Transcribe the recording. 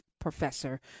professor